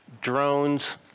drones